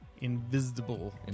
Invisible